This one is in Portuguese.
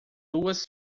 duas